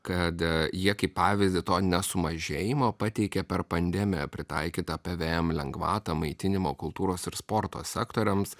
kad jie kaip pavyzdį to nesumažėjimo pateikia per pandemiją pritaikytą pvm lengvatą maitinimo kultūros ir sporto sektoriams